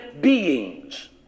beings